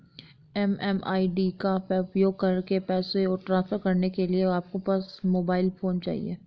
MMID का उपयोग करके पैसे ट्रांसफर करने के लिए आपको बस मोबाइल फोन चाहिए